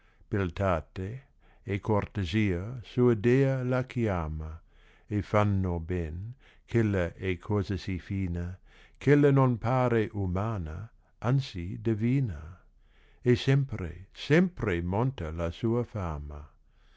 te e cortesia sua dea la chiama e fanno ben ch ella è cosa sì fina ch'ella non pare umana anzi divina e sempre sempre monta la sua fama